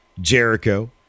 Jericho